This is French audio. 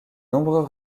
nombreux